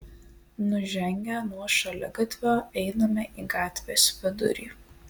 nužengę nuo šaligatvio einame į gatvės vidurį